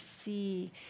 see